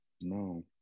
no